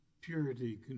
purity